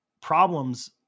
problems